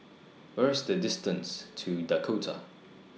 Where IS The distance to Dakota